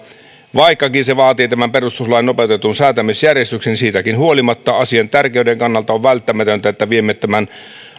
vaikkakin se vaatii tämän perustuslain nopeutetun säätämisjärjestyksen niin siitäkin huolimatta asian tärkeyden kannalta on välttämätöntä että viemme tämän